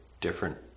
different